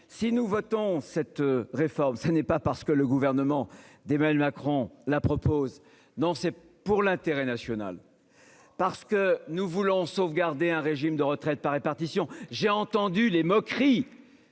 Si nous votons cette réforme ce n'est pas parce que le gouvernement des mails Macron la propose. Non c'est pour l'intérêt national. Parce que nous voulons. Sauvegarder un régime de retraite par répartition. J'ai entendu les moqueries.